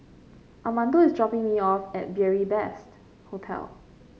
Armando is dropping me off at Beary Best Hostel